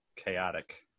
chaotic